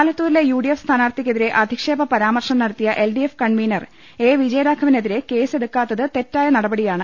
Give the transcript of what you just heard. ആലത്തൂരിലെ U D F സ്ഥാനാർത്ഥിക്കെതിരെ അധി ക്ഷേപ പരാമർശം നടത്തിയ എൽ ഡി എഫ് കൺവീനർ എ വിജയരാഘവന് എതിരെ കേസ് എടുക്കാത്തത് തെറ്റായ നട പടിയാണ്